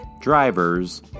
drivers